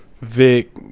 Vic